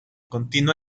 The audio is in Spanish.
continua